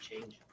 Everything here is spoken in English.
change